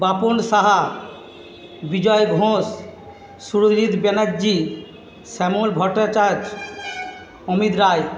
Bapan Saha Bijoy Ghosh Surajit Banerjee Shyamal Bhattacharya Amit Roy